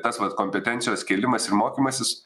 tas vat kompetencijos kėlimas ir mokymasis